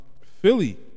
Philly